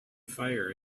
fire